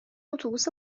اتوبوس